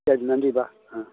சரி நன்றிபா ஆ